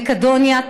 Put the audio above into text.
מקדוניה,